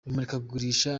imurikagurisha